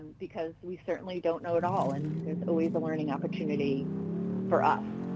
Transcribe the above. because we certainly don't know it all and there's always a learning opportunity for us,